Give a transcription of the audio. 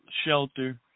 shelter